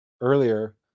earlier